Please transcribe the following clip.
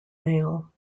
mail